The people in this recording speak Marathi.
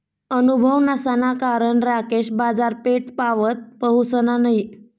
अनुभव नसाना कारण राकेश बाजारपेठपावत पहुसना नयी